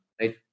right